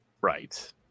Right